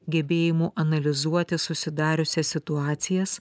gebėjimu analizuoti susidariusias situacijas